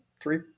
Three